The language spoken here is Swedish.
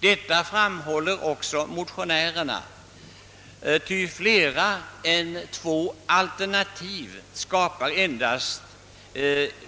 Detta framhåller också motionärerna. Mer än två alternativ skapar endast